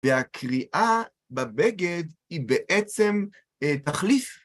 והקריעה בבגד היא בעצם תחליף.